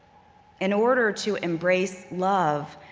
in order to embrace love,